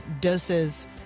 doses